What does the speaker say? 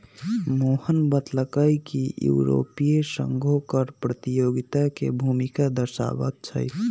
मोहन बतलकई कि यूरोपीय संघो कर प्रतियोगिता के भूमिका दर्शावाई छई